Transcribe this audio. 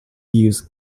use